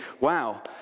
wow